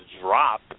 drop